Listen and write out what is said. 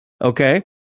Okay